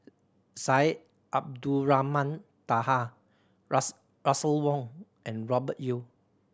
Syed Abdulrahman Taha Russel Wong and Robert Yeo